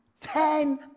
ten